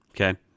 Okay